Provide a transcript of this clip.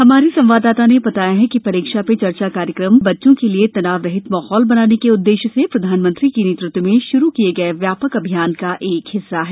हमारे संवाददाता ने बताया है कि परीक्षा पे चर्चा कार्यक्रम बच्चों के लिए तनावरहित माहौल बनाने के उद्देश्य से प्रधानमंत्री के नेतृत्व में शुरु किए गए व्यापक अभियान का एक हिस्सा है